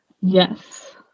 Yes